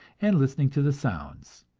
and listening to the sounds.